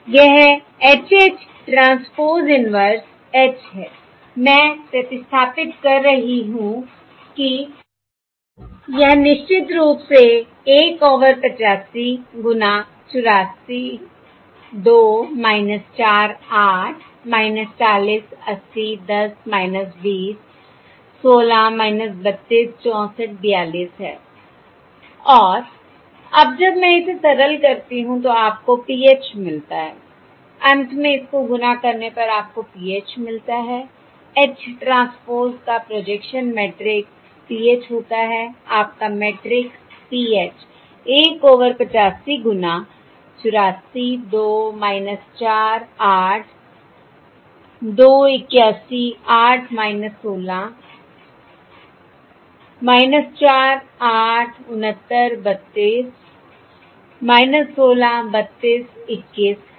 यह H H transpose inverse H है मैं प्रतिस्थापित कर रही हूं कि यह निश्चित रूप से 1 ओवर 85 गुना 84 2 4 8 40 80 10 20 16 32 64 42 है और अब जब मैं इसे सरल करती हूं तो आपको PH मिलता है अंत में इसको गुणा करने पर आपको PH मिलता है H ट्रांसपोज का प्रोजेक्शन मैट्रिक्स PH होता है आपका मैट्रिक्स PH 1 ओवर 85 गुना 84 2 4 8 2 81 8 16 48 69 32 8 16 32 21 है